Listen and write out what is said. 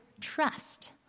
trust